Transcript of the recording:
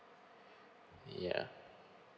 yeah